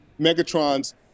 Megatron's